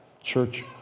Church